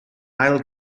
ail